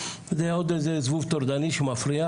זה עוד איזה זבוב טורדני שמפריע,